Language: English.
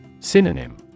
Synonym